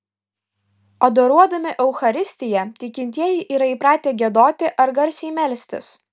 adoruodami eucharistiją tikintieji yra įpratę giedoti ar garsiai melstis